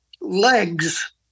legs